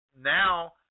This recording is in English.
now